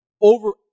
over